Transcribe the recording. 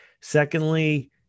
Secondly